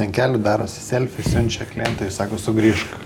ant kelių darosi selfi siunčia klientai ir sako sugrįžk